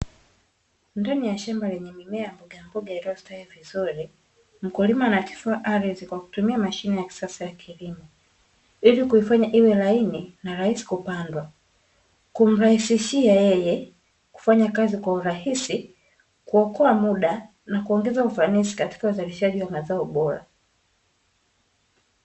Ndani ya shamba lenye mimea ya mbogamboga iliyostawi vizuri, mkulima anatifua ardhi kwa kutumia mashine ya kisasa ya kilimo, ili kuifanya iwe laini na rahisi kupandwa kumrahisishia yeye kufanya kazi kwa urahisi, kuokoa muda na kuongeza ufanisi katika uzalishaji wa mazao bora.